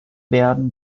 werden